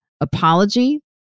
apology